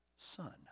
son